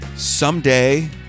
Someday